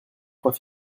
trois